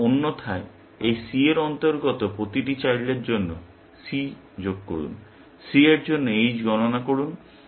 তারপর অন্যথায় এই C এর অন্তর্গত প্রতিটি চাইল্ডের জন্য c যোগ করুন c এর জন্য h গণনা করুন